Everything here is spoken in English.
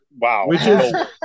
Wow